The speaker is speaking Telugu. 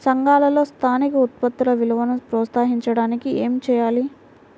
సంఘాలలో స్థానిక ఉత్పత్తుల విలువను ప్రోత్సహించడానికి ఏమి చేయాలి?